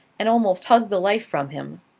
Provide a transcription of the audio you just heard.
and almost hugged the life from him.